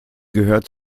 gehört